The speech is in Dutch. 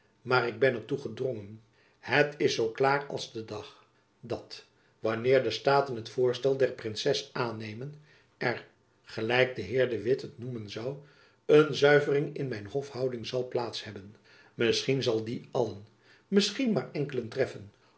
maar ik ben er toe gedrongen het is zoo klaar als de dag dat wanneer de staten het voorstel der princes aannemen er gelijk de heer de witt het noemen zoû een zuivering in mijn hofhouding zal plaats hebben misschien zal die allen misschien maar enkelen treffen